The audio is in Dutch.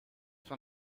van